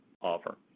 offer